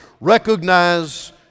recognize